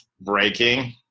breaking